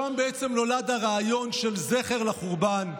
שם בעצם נולד הרעיון של זכר לחורבן,